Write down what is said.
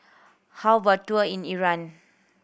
how about a tour in Iran